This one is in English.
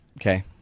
Okay